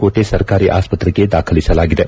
ಕೋಟೆ ಸರ್ಕಾರಿ ಆಸ್ನತ್ರೆಗೆ ದಾಖಲಿಸಲಾಗಿದೆ